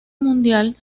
mundial